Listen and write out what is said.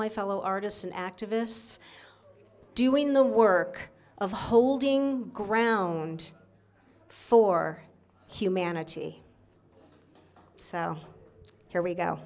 my fellow artists and activists doing the work of holding ground for humanity so here we go